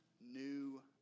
new